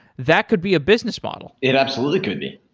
that could be a business model. it absolutely could be.